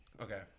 okay